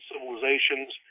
civilizations